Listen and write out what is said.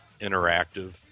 interactive